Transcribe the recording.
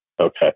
Okay